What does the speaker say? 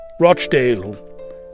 Rochdale